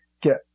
get